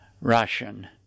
Russian